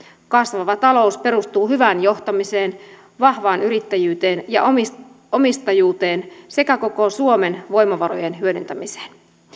kasvava talous perustuu hyvään johtamiseen vahvaan yrittäjyyteen ja omistajuuteen sekä koko suomen voimavarojen hyödyntämiseen